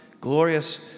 glorious